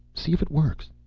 see if it works.